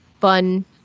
fun